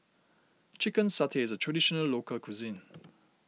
Chicken Satay is a Traditional Local Cuisine